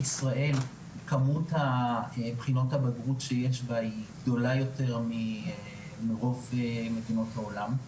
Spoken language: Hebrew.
כמות בחינות הבגרות בישראל היא גדולה יותר מרוב מדינות העולם,